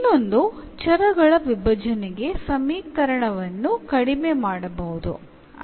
ಇನ್ನೊಂದು ಚರಗಳ ವಿಭಜನೆಗೆ ಸಮೀಕರಣವನ್ನು ಕಡಿಮೆ ಮಾಡಬಹುದು